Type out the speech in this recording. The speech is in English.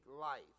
life